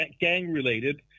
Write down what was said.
gang-related